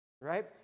right